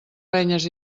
renyes